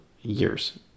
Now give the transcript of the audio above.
years